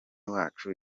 wacu